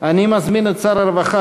אני מזמין את שר הרווחה,